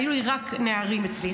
היו רק נערים אצלי,